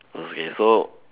okay so